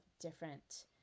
different